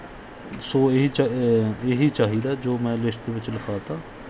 ਸੋ ਇਹ ਹੀ ਚਾ ਇਹ ਹੀ ਚਾਹੀਦਾ ਜੋ ਮੈਂ ਲਿਸਟ ਦੇ ਵਿੱਚ ਲਿਖਾ ਤਾ